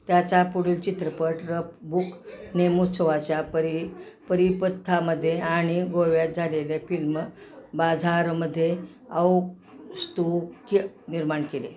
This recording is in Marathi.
त्याचा पुढील चित्रपट रफ बुक ने महोत्सवाच्या परि परिपथामध्ये आणि गोव्यात झालेल्या फिल्म बाजारमध्ये औत्सुक्य निर्माण केले